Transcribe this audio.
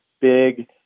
big